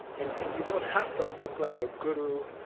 and and you don't have to look like a guru,